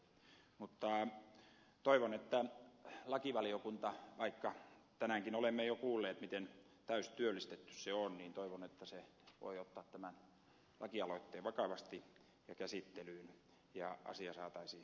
mutta toivon että lakivaliokunta vaikka tänäänkin olemme jo kuulleet miten täystyöllistetty se on voi ottaa tämän lakialoitteen vakavasti ja käsittelyyn ja asia saataisiin eteenpäin